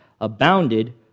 abounded